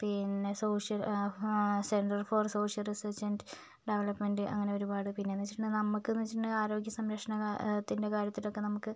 പിന്നെ social centre for social research and development അങ്ങനെ ഒരുപാട് പിന്നെയെന്ന് വെച്ചിട്ടുണ്ടെങ്കിൽ നമുക്ക് വെച്ചിട്ടുണ്ടെങ്കിൽ ആരോഗ്യ സംരക്ഷണത്തിൻ്റെ കാര്യത്തിലൊക്കെ നമുക്ക്